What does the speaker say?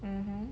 mmhmm